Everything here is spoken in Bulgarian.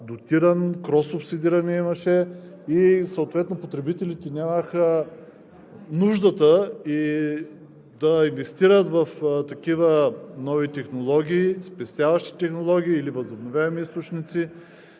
дотиран, кроссубсидиране имаше и съответно потребителите нямаха нуждата да инвестират в такива нови технологии, спестяващи технологии или възобновяеми източници,